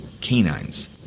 canines